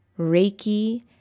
Reiki